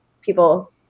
people